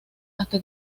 hasta